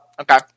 okay